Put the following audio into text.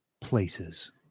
places